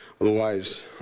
otherwise